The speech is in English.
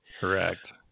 Correct